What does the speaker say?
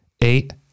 eight